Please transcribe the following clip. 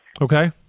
Okay